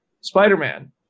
Spider-Man